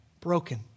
broken